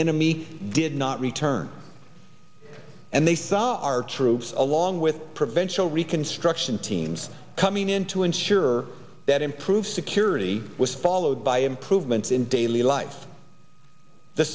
enemy did not return and they saw our troops along with prevention reconstruction teams coming in to ensure that improved security was followed by improvements in daily life the